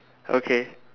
okay